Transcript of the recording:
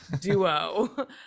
duo